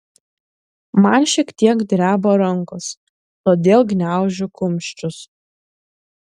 man šiek tiek dreba rankos todėl gniaužiu kumščius